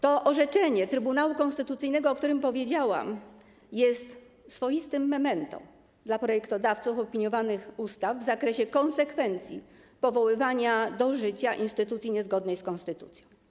To orzeczenie Trybunału Konstytucyjnego, o którym powiedziałam, jest swoistym memento dla projektodawców opiniowanych ustaw w zakresie konsekwencji powoływania do życia instytucji niezgodnej z konstytucją.